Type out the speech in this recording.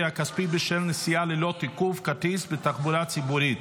הכספי בשל נסיעה ללא תיקוף כרטיס בתחבורה ציבורית